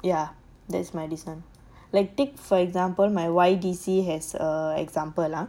ya that's my reason like take for example my Y_D_C as a example lah